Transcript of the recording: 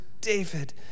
David